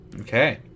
Okay